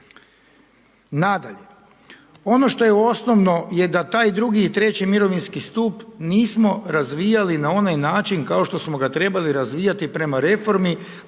Nadalje, ono što je osnovno je da taj II. i III. Mirovinski stup nismo razvijali na onaj način kao što smo ga trebali razvijati prema reformi